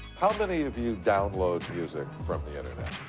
how many of you download music from the internet?